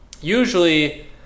usually